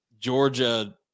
Georgia